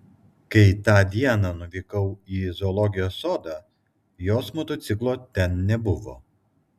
kai tą dieną nuvykau į zoologijos sodą jos motociklo ten nebuvo